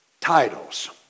titles